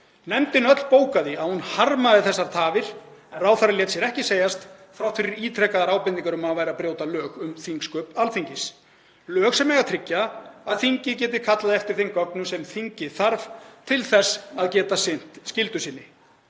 Nefndin öll bókaði að hún harmaði þessar tafir en ráðherra lét sér ekki segjast þrátt fyrir ítrekaðar ábendingar um að hann væri að brjóta lög um þingsköp Alþingis, lög sem eiga að tryggja að þingið geti kallað eftir þeim gögnum sem þingið þarf til þess að geta sinnt skyldu sinni.